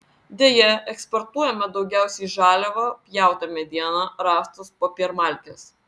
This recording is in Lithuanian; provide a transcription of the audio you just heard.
deja eksportuojame daugiausiai žaliavą pjautą medieną rąstus popiermalkes